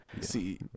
See